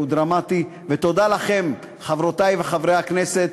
ודרמטי, ותודה לכם, חברותי וחברי הכנסת.